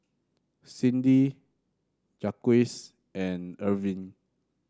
Cyndi Jaquez and Irving